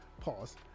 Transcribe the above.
pause